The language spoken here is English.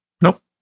Nope